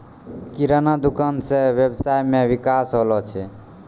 किराना दुकान से वेवसाय मे विकास होलो छै